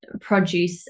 produce